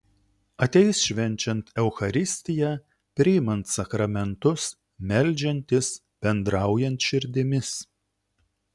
ateis švenčiant eucharistiją priimant sakramentus meldžiantis bendraujant širdimis